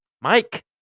Mike